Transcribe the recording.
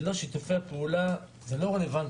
שללא שיתופי פעולה, זה לא רלוונטי.